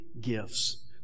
gifts